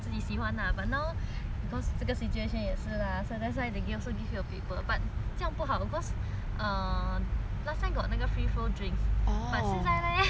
situation 也是 lah so that's why they give also give you paper but 这样不好 cause err last time got 那个 free flow drinks but 现在 leh 因为 everything write